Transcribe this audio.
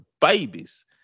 babies